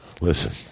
Listen